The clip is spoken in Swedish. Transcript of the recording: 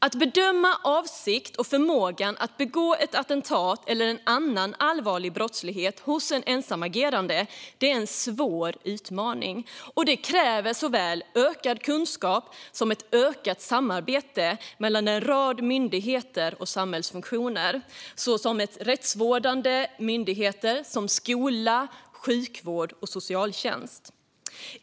Att bedöma avsikt och förmåga att begå ett attentat eller annan allvarlig brottslighet hos en ensamagerande är en svår utmaning. Det kräver såväl ökad kunskap som ökat samarbete mellan en rad myndigheter och samhällsfunktioner, såsom rättsvårdande myndigheter, skola, sjukvård och socialtjänst.